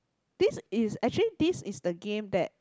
this is actually this is the game that